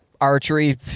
archery